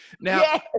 Now